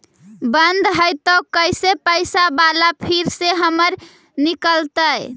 बन्द हैं त कैसे पैसा बाला फिर से हमर निकलतय?